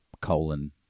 colon